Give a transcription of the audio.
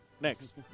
Next